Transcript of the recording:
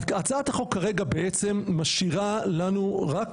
הצעת החוק כרגע בעצם משאירה לנו רק